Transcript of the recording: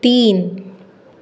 तीन